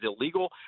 illegal